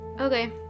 Okay